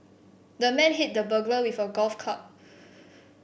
the man hit the burglar with a golf club